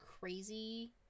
crazy